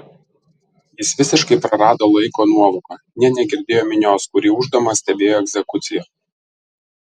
jis visiškai prarado laiko nuovoką nė negirdėjo minios kuri ūždama stebėjo egzekuciją